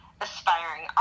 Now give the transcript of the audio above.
aspiring